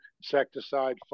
insecticide